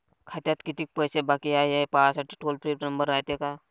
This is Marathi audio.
खात्यात कितीक पैसे बाकी हाय, हे पाहासाठी टोल फ्री नंबर रायते का?